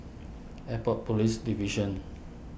Airport Police Division